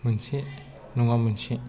मोनसे नङा मोनसे